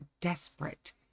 desperate